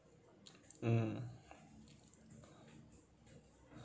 mm